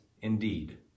indeed